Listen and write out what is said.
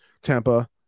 Tampa